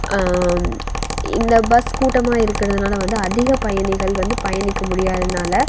இந்த பஸ் கூட்டமாக இருக்கிறதுனால வந்து அதிக பயணிகள் வந்து பயணிக்க முடியாதனால்